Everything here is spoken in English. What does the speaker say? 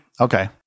okay